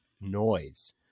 noise